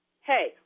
Hey